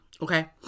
okay